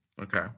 okay